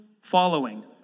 following